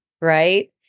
right